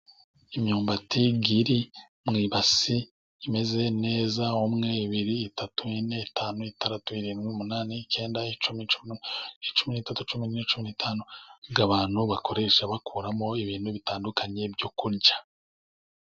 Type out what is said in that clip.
imyumbati iri mu base, imeze neza. umwe, ibiri, itatu, ine, itanu, itandatu, irindwi, umunani, icyenda, icumi, cumi n'itatu, cumi nine, cumi n'itanu, abantu bakoresha bakuramo ibintu bitandukanye byo kurya.